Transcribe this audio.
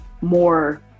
more